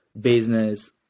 business